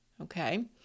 okay